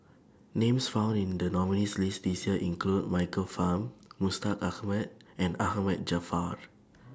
Names found in The nominees' list This Year include Michael Fam Mustaq Ahmad and Ahmad Jaafar